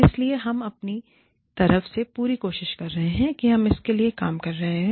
इसलिए हम अपनी तरफ से पूरी कोशिश कर रहे हैं और हम इसके लिए काम कर रहे हैं